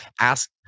Ask